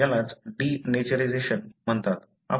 यालाच डीनेचरेशन म्हणतात